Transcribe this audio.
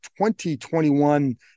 2021